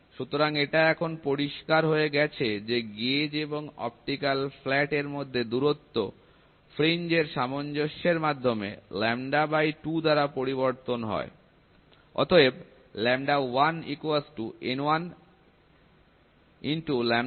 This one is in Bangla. সুতরাং এটা এখন পরিষ্কার হয়ে গেছে যে গেজ এবং অপটিক্যাল ফ্ল্যাটের মধ্যে দূরত্ব ফ্রিঞ্জ এর সামঞ্জস্যের মাধ্যমে 2 দ্বারা পরিবর্তন হয়